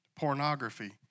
Pornography